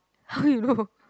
how you know